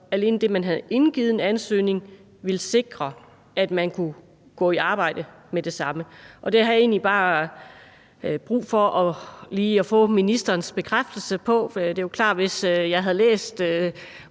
alene det, at man havde indgivet en ansøgning, ville sikre, at man kunne gå i arbejde med det samme. Det har jeg egentlig bare brug for lige at få ministerens bekræftelse af. For det er klart, at hvis jeg havde læst